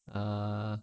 err